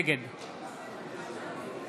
נגד